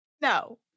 No